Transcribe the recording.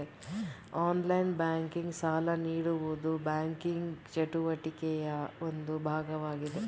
online banking, ಸಾಲ ನೀಡುವುದು banking ಚಟುವಟಿಕೆಯ ಒಂದು ಭಾಗವಾಗಿದೆ